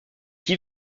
qui